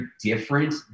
different